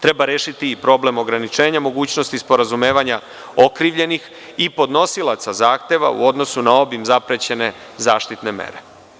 Treba rešiti problem ograničenja mogućnosti sporazumevanja okrivljenih i podnosilaca zahteva u odnosu na obim zaprećene zaštitne mere.